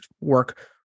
work